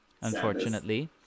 unfortunately